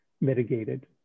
mitigated